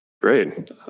Great